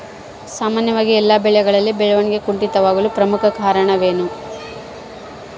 ಸಾಮಾನ್ಯವಾಗಿ ಎಲ್ಲ ಬೆಳೆಗಳಲ್ಲಿ ಬೆಳವಣಿಗೆ ಕುಂಠಿತವಾಗಲು ಪ್ರಮುಖ ಕಾರಣವೇನು?